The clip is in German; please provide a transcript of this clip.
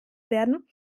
werden